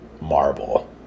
marble